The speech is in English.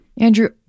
Andrew